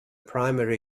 primary